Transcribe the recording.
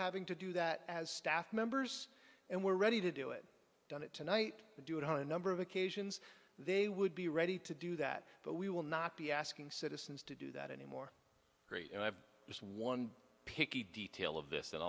having to do that as staff members and we're ready to do it done it tonight do it on a number of occasions they would be ready to do that but we will not be asking citizens to do that anymore and i have just one picky detail of this